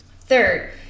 third